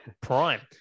Prime